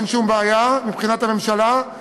אין שום בעיה מבחינת הממשלה.